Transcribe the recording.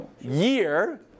year